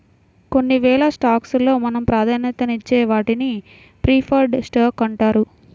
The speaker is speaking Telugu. కొన్నివేల స్టాక్స్ లో మనం ప్రాధాన్యతనిచ్చే వాటిని ప్రిఫర్డ్ స్టాక్స్ అంటారు